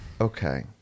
Okay